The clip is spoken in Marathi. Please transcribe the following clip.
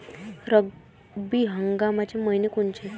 रब्बी हंगामाचे मइने कोनचे?